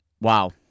Wow